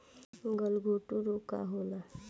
गलघोटू रोग का होला?